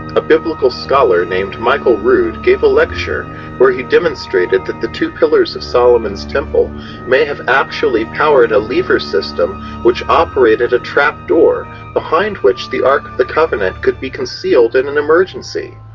a biblical scholar named michael rood gave a lecture where he demonstrated that the two pillars of solomon's temple may have actually powered a lever system which operated a trap door behind which the ark of the covenant could be concealed in an emergency.